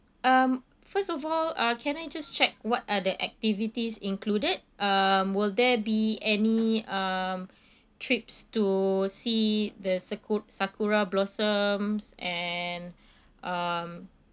um first of all uh can I just check what are the activities included um will there be any um trips to see the saku~ sakura blossoms and um